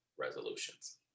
resolutions